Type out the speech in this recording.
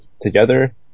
together